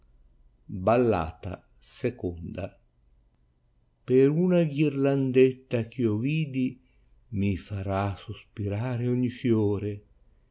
ballata it per una ghirlandetla ch io vidi mi farà sospirare ogni fiore